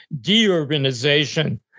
de-urbanization